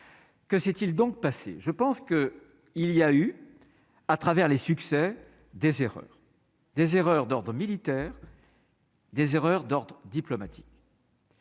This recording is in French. Que s'est-il donc passé, je pense que il y a eu, à travers les succès des erreurs des erreurs d'ordre militaire. Des erreurs d'ordre diplomatique.